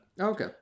Okay